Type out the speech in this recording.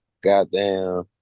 goddamn